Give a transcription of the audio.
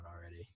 already